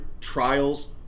trials